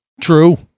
True